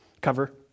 cover